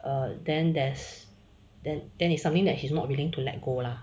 err then there's the then it's something that he's not willing to let go lah